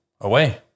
away